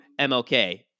MLK